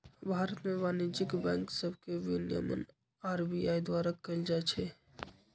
भारत में वाणिज्यिक बैंक सभके विनियमन आर.बी.आई द्वारा कएल जाइ छइ